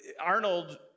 Arnold